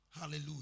hallelujah